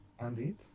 Indeed